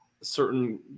certain